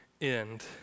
end